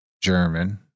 German